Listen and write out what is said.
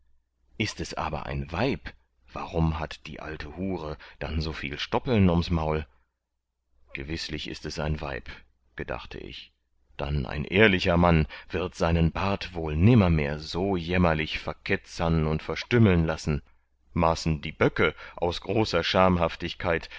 ist es aber ein weib warum hat die alte hure dann so viel stoppeln ums maul gewißlich ist es ein weib gedachte ich dann ein ehrlicher mann wird seinen bart wohl nimmermehr so jämmerlich verketzern und verstümmeln lassen maßen die böcke aus großer